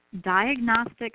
Diagnostic